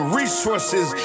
resources